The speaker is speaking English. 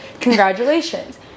congratulations